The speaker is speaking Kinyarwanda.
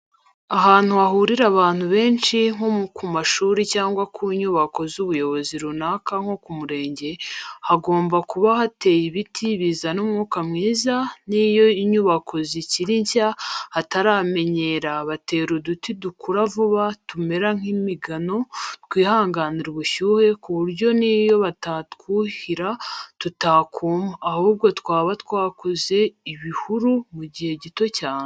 Ahantu hahurira abantu benshi, nko ku mashuri cyangwa ku nyubako z'ubuyobozi runaka nko ku murenge, hagomba kuba hateye ibiti bizana umwuka mwiza, n'iyo inyubako zikiri nshya hataramenyera, batera uduti dukura vuba tumeze nk'imigano, twihanganira ubushyuhe ku buryo n'iyo batatwuhira tutakuma, ahubwo twaba twakoze ibihuru mu gihe gito cyane.